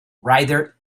rider